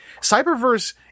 Cyberverse